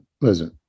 listen